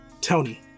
Tony